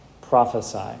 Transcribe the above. prophesy